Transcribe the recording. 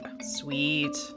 Sweet